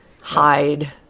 hide